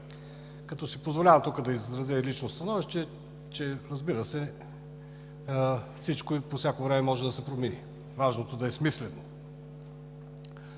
като си позволявам тук да изразя лично становище, че, разбира се, всичко и по всяко време може да се промени. Важното е да е смислено.